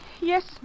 Yes